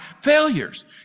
failures